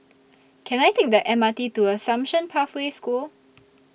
Can I Take The M R T to Assumption Pathway School